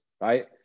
right